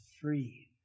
free